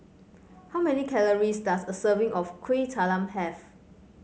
how many calories does a serving of Kuih Talam have